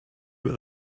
what